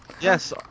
Yes